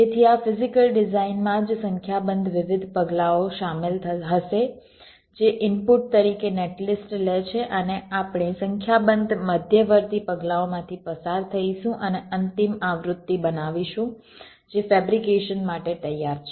તેથી આ ફિઝીકલ ડિઝાઇનમાં જ સંખ્યાબંધ વિવિધ પગલાંઓ શામેલ હશે જે ઇનપુટ તરીકે નેટલિસ્ટ લે છે અને આપણે સંખ્યાબંધ મધ્યવર્તી પગલાંઓમાંથી પસાર થઈશું અને અંતિમ આવૃતિ બનાવીશું જે ફેબ્રિકેશન માટે તૈયાર છે